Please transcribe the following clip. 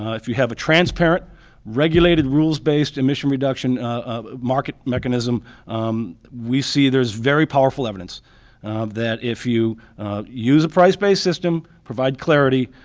ah if you have a transparent regulated rules-based emission reduction market mechanism we see there's very powerful evidence that if you use a price-based system, provide clarity,